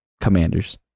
Commanders